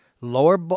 lower